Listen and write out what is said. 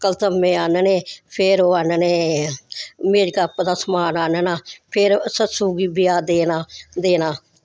कलतम्में आह्नने फिर ओह् आह्नने मेकअप दा समान आह्नना फिर सस्सू गी बेआ देना देना